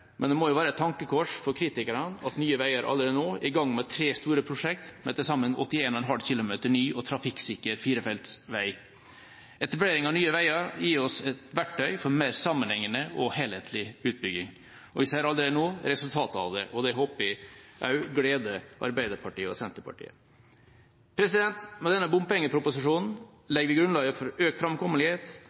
men det må jo være et tankekors for kritikerne at Nye Veier AS allerede nå er i gang med tre store prosjekter, med til sammen 81,5 km ny og trafikksikker firefelts vei. Etableringen av Nye Veier gir oss et verktøy for en mer sammenhengende og helhetlig utbygging, og vi ser allerede nå resultatet av det. Det håper jeg gleder også Arbeiderpartiet og Senterpartiet. Med denne bompengeproposisjonen legger vi grunnlaget for økt framkommelighet,